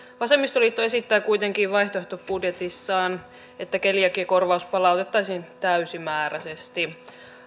vasemmistoliitto esittää kuitenkin vaihtoehtobudjetissaan että keliakiakorvaus palautettaisiin täysimääräisesti